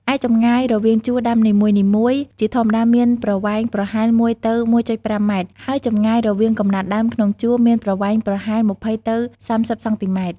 ឯចម្ងាយរវាងជួរដាំនីមួយៗ ជាធម្មតាមានប្រវែងប្រហែល ១ ទៅ ១.៥ ម៉ែត្រ ហើយចម្ងាយរវាងកំណាត់ដើមក្នុងជួរមានប្រវែងប្រហែល ២០ ទៅ ៣០ សង់ទីម៉ែត្រ។